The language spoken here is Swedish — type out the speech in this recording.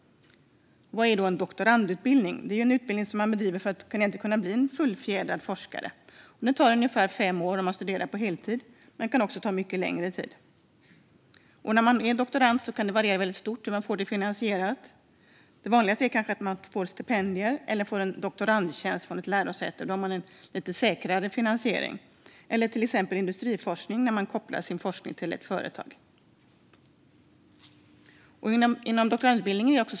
Vad är en doktorandutbildning? Jo det är en utbildning man bedriver för att kunna bli en fullfjädrad forskare. Den tar ungefär fem år om man studerar på heltid, men den kan också ta längre tid. Det varierar stort hur utbildningen finansieras. Det vanligaste är att man får stipendier eller en doktorandtjänst vid ett lärosäte, vilket är en lite säkrare finansiering. Vid industriforskning kan utbildningen kopplas till ett företag.